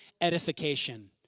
edification